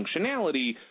functionality